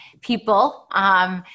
people